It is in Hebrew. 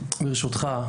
ברשותך,